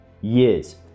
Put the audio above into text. years